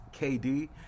KD